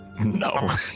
No